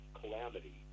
calamity